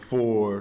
Four